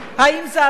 האם זו התורה?